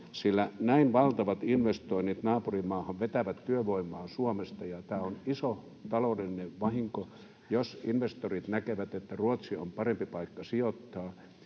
sillä näin valtavat investoinnit naapurimaahan vetävät työvoimaa Suomesta, ja tämä on iso taloudellinen vahinko, jos investorit näkevät, että Ruotsi on parempi paikka sijoittaa.